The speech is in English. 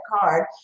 CARD